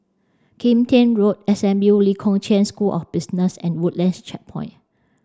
Kim Tian Road S M U Lee Kong Chian School of Business and Woodlands Checkpoint